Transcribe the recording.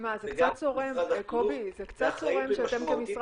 זה גם משרד החינוך --- זה קצת צורם שאתם כמשרד